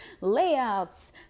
layouts